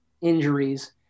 injuries